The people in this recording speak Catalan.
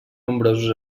nombrosos